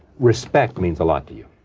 respect means a lot to you,